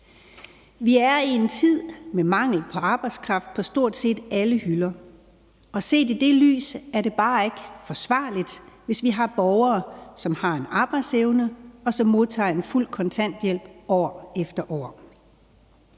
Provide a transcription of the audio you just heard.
Vi er i en tid med mangel på arbejdskraft på stort set alle hylder, og set i det lys er det bare ikke forsvarligt, hvis vi har borgere, som har en arbejdsevne, og som modtager en fuld kontanthjælp år efter år.